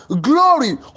glory